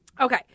Okay